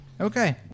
Okay